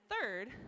third